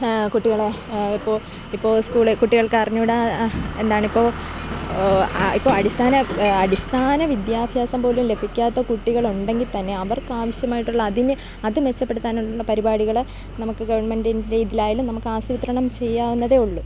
കുട്ടികളെ ഇപ്പോൾ ഇപ്പോൾ സ്കൂളിൽ കുട്ടികൾക്ക് അറിഞ്ഞു കൂടാ എന്താണ് ഇപ്പോൾ ഇപ്പോൾ അടിസ്ഥാന അടിസ്ഥാന വിദ്യാഭ്യാസം പോലും ലഭിക്കാത്ത കുട്ടികളുണ്ടെങ്കിൽ തന്നെ അവർക്ക് ആവശ്യമായിട്ടുള്ള അതിന് അത് മെച്ചപ്പെടുത്താനുള്ള പരിപാടികൾ നമുക്ക് ഗവൺമെൻ്റിൻ്റെ ഇതിൽ ആയാലും നമുക്ക് ആസൂത്രണം ചെയ്യാവുന്നതേ ഉള്ളൂ